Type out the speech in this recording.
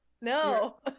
No